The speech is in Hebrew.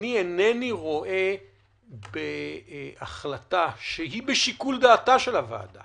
אני אינני רואה בהחלטה שהיא בשיקול דעתה של הוועדה